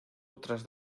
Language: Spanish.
otras